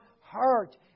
heart